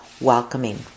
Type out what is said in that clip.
welcoming